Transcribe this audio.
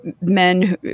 men